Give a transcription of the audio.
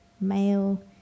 male